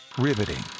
riveting,